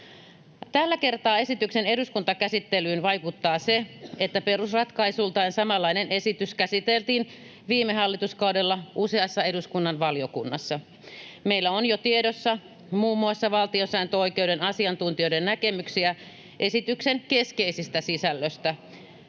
Tällä kertaa esityksen eduskuntakäsittelyyn vaikuttaa se, että perusratkaisultaan samanlainen esitys käsiteltiin viime hallituskaudella useassa eduskunnan valiokunnassa. Meillä on jo tiedossa muun muassa valtiosääntöoikeuden asiantuntijoiden näkemyksiä esityksen keskeisestä sisällöstä.